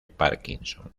parkinson